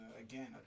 again